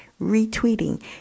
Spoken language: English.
retweeting